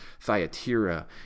Thyatira